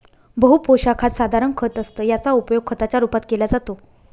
बहु पोशाखात साधारण खत असतं याचा उपयोग खताच्या रूपात केला जातो